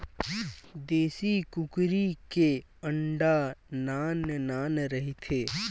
देसी कुकरी के अंडा नान नान रहिथे